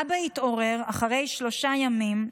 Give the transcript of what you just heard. אבא התעורר אחרי שלושה ימים,